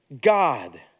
God